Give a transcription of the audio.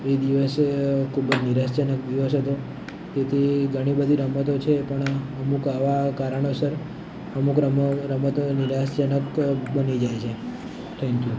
એ દિવસે ખૂબ જ નિરાશાજનક દિવસ હતો તેથી ઘણી બધી રમતો છે પણ અમુક આવા કારણોસર અમુક રમતો નિરાશાજનક બની જાય છે થેન્ક યુ